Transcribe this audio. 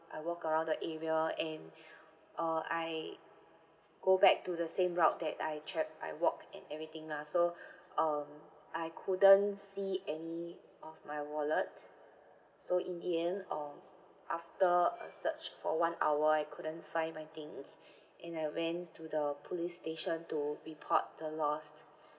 I walked around the area and uh I go back to the same route that I tra~ I walked and everything lah so um I couldn't see any of my wallet so in the end uh after a search for one hour I couldn't find my things and I went to the police station to report the loss